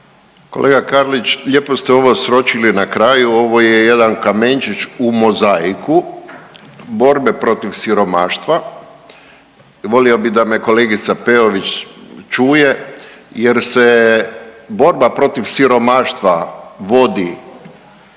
Kolega Karlić, lijepo ste ovo sročili na kraju. Ovo je jedan kamenčić u mozaiku borbe protiv siromaštva. Volio bih da me kolegica Peović čuje jer se borba protiv siromaštva vodi